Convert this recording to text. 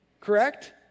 Correct